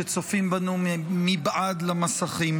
שצופים בנו מבעד למסכים,